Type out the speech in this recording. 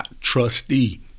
trustee